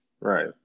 Right